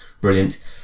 brilliant